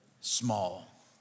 small